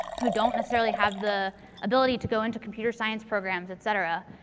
who don't necessarily have the ability to go into computer science programs, et cetera.